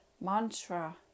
mantra